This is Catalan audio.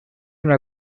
una